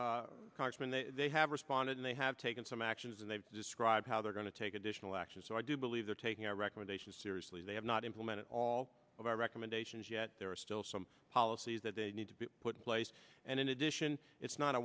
when they have responded they have taken some actions and they've described how they're going to take additional action so i do believe they're taking our recommendations seriously they have not implemented all of our recommendations yet there are still some policies that they need to be put in place and in addition it's not a